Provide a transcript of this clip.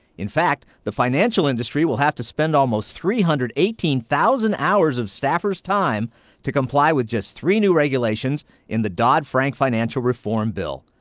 in fact, the financial industry will have to spend almost three hundred and eighteen thousand hours of staffers' time to comply with just three new regulations in the dodd-frank financial reform bill.